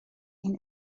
این